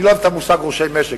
אני לא אוהב את המושג ראשי משק,